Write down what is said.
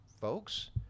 folks